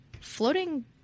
floating